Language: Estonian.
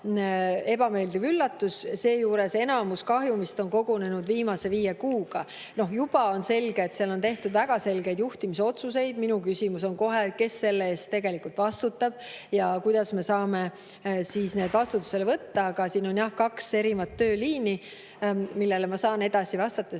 ebameeldiv üllatus. Seejuures enamik kahjumist on kogunenud viimase viie kuuga. Juba on selge, et seal on tehtud väga selgeid juhtimis[vigu]. Minu küsimus on kohe, et kes selle eest vastutab ja kuidas me saame nad vastutusele võtta. Aga siin on kaks erinevat tööliini, mille kohta ma saan edasi vastata,